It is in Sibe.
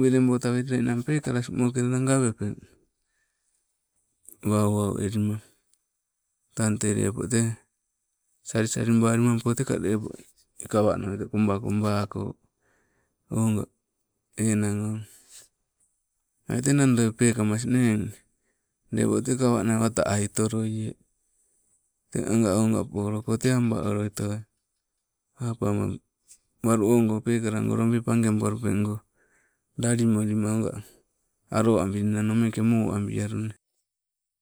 wele bota welila irang pekala asing mokena gawepe, wau wau elima, tang te lepo te, sali saling balimampo teka lepo kawa nawete komba kombako, oga enang o, ai te radoi pekamas ne eng lepo te kawa nai wata ai oto loie. Te anga onga polo ko te aba oloitowai, apama walu ongo peka lango lobi pange bualupengo, lalimolima onga aro abilinaro meke moabialune otoi teng